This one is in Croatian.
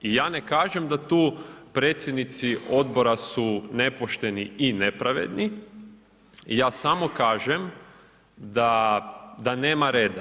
I ja ne kažem da tu predsjednici odbora su nepošteni i nepravedni, ja samo kažem da nema reda.